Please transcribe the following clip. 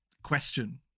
question